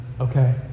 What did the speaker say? okay